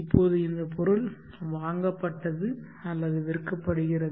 இப்போது இந்த பொருள் வாங்கப்பட்டது அல்லது விற்கப்படுகிறது